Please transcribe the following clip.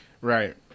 Right